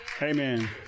Amen